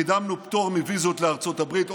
קידמנו פטורים מוויזות לארצות הברית,